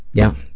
yeah.